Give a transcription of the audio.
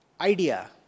idea